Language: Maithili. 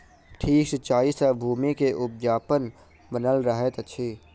ठीक सिचाई सॅ भूमि के उपजाऊपन बनल रहैत अछि